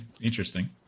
interesting